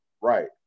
Right